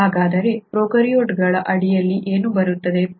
ಹಾಗಾದರೆ ಪ್ರೊಕಾರ್ಯೋಟ್ಗಳ ಅಡಿಯಲ್ಲಿ ಏನು ಬರುತ್ತದೆ